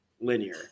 linear